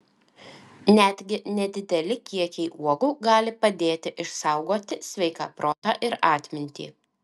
netgi nedideli kiekiai uogų gali padėti išsaugoti sveiką protą ir atmintį